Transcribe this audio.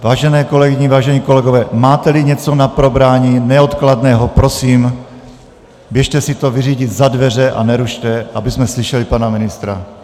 Vážené kolegyně, vážení kolegové, máteli něco na probrání neodkladného, prosím, běžte si to vyřídit za dveře a nerušte, abychom slyšeli pana ministra.